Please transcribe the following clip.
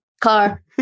car